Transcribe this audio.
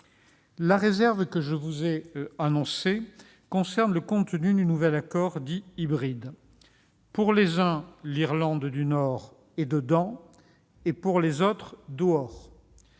La réserve que je vous ai annoncée concerne le contenu du nouvel accord dit « hybride ». Pour les uns, l'Irlande du Nord est dedans, et pour les autres elle